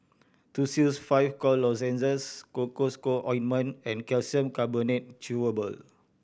Tussils Five Cough Lozenges Cocois Co Ointment and Calcium Carbonate Chewable